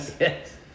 Yes